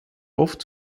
oft